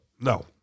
No